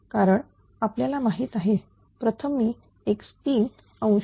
sir आपल्याला माहित आहे प्रथम मी x3